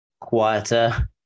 quieter